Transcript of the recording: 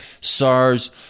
SARS